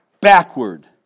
Backward